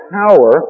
power